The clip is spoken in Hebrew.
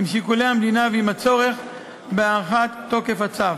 שיקולי המדינה ועם הצורך בהארכת תוקף הצו.